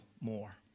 more